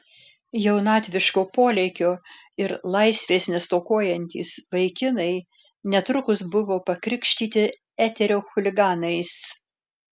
jaunatviško polėkio ir laisvės nestokojantys vaikinai netrukus buvo pakrikštyti eterio chuliganais